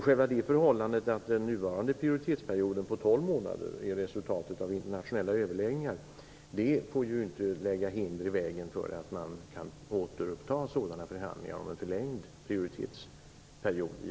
Själva det förhållandet att den nuvarande prioritetsperioden på 12 månader är resultatet av internationella överläggningar får inte lägga hinder i vägen för att återuppta förhandlingar om en förlängd prioritetsperiod.